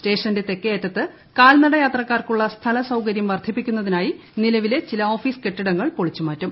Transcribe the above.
സ്റ്റേഷന്റെ തെക്കേ അറ്റത്ത് കാൽനട യാത്രക്കാർക്കുള്ള സ്ഥലസൌകരൃം വർദ്ധിപ്പിക്കുന്നതിനായി നിലവിലെ ചില ഓഫീസ് കെട്ടിടങ്ങൾ പൊളിച്ചുമാറ്റും